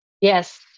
Yes